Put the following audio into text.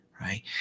right